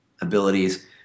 abilities